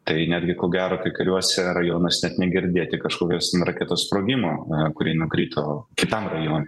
tai netgi ko gero kai kuriuose rajonuose net negirdėti kažkokios ten raketos sprogimo kuri nukrito kitam rajone